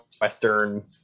Western